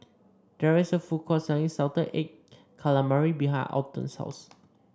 there is a food court selling Salted Egg Calamari behind Alton's house